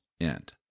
end